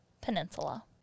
Peninsula